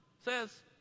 says